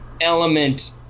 element